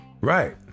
Right